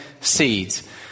seeds